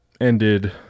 ended